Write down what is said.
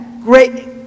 great